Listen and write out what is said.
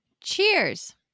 cheers